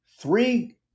Three